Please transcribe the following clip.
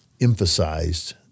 emphasized